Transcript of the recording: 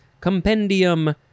compendium